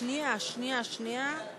שנייה, שנייה.